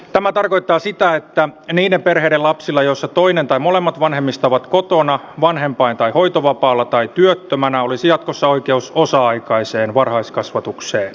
tämä tarkoittaa sitä että niiden perheiden lapsilla joissa toinen tai molemmat vanhemmista ovat kotona vanhempain tai hoitovapaalla tai työttömänä olisi jatkossa oikeus osa aikaiseen varhaiskasvatukseen